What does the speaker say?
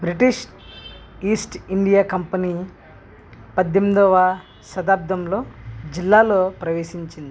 British East India company పద్దెనిమిదవ శతాబ్దంలో జిల్లాలో ప్రవేశించింది